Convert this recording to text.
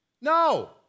No